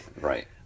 Right